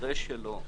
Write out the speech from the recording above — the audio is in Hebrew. כנראה שלא,